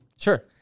Sure